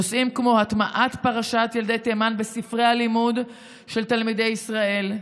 נושאים כמו הטמעת פרשת ילדי תימן בספרי הלימוד של תלמידי ישראל,